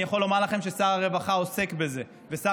אני יכול לומר לכם ששר הרווחה עוסק בזה ושר